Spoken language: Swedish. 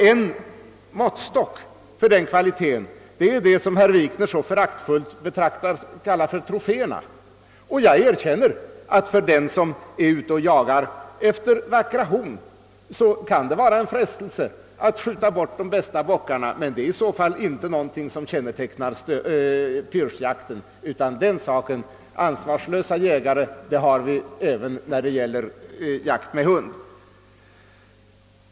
En måttstock på den kvaliteten är det som herr Wikner så föraktfullt kallar för troféerna. Jag erkänner att det för den som är ute och jagar efter vackra horn kan vara en frestelse att skjuta bort de bästa bockarna, men det är i så fall ingenting som «speciellt kännetecknar pyrschjakten. Ansvarslösa jägare har vi också när det gäller jakt med hund.